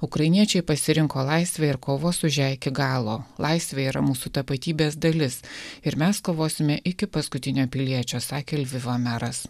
ukrainiečiai pasirinko laisvę ir kovos už ją iki galo laisvė yra mūsų tapatybės dalis ir mes kovosime iki paskutinio piliečio sakė lvivo meras